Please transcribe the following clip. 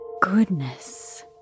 Goodness